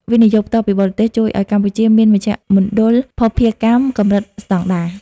វិនិយោគផ្ទាល់ពីបរទេស ជួយឱ្យកម្ពុជាមាន "មជ្ឈមណ្ឌលភស្តុភារកម្ម"កម្រិតស្តង់ដារ។